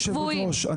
גברתי היושבת-ראש,